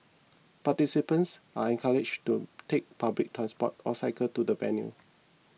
participants are encouraged to take public transport or cycle to the venue